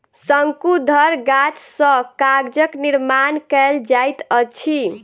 शंकुधर गाछ सॅ कागजक निर्माण कयल जाइत अछि